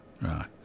right